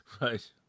Right